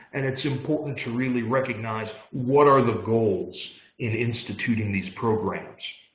and it's important to really recognize what are the goals in instituting these programs.